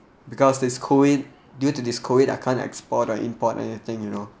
because this COVID due to this COVID I can't export or import anything you know